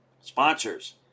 Sponsors